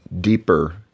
deeper